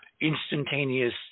instantaneous